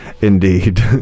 indeed